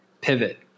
pivot